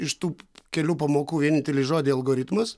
iš tų kelių pamokų vienintelį žodį algoritmas